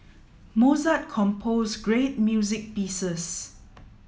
Mozart composed great music pieces